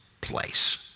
place